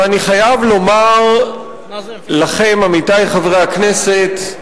ואני חייב לומר לכם, עמיתי חברי הכנסת,